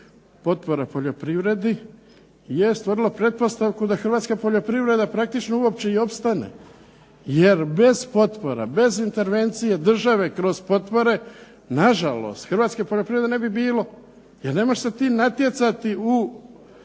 potpora poljoprivredi je stvorilo pretpostavku da Hrvatska poljoprivreda praktično uopće i opstane jer bez potpora, bez intervencije države kroz potpore, na žalost Hrvatske poljoprivrede ne bi bilo. Jer ne možeš se ti natjecati u